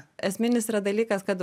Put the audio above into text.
esminis yra dalykas kad